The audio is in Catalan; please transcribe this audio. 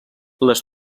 les